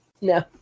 No